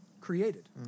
created